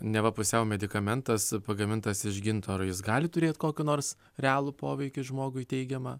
neva pusiau medikamentas pagamintas iš gintaro jis gali turėt kokį nors realų poveikį žmogui teigiamą